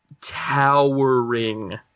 towering